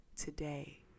today